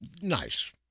Nice